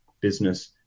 business